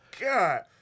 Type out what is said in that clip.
God